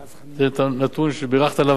זה נתון שבירכת עליו בעבר,